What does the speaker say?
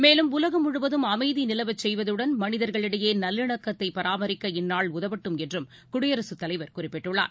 மேலும் உலகம் முழுவதும் அமைதி நிலவச் செய்வதுடன் மனிதர்களிடையே நல்லிணக்கத்தை பராமரிக்க இந்நாள் உதவட்டும் என்றும் குடியரசுத் தலைவர் குறிப்பிட்டுள்ளார்